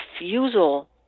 refusal